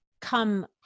come